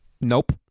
Nope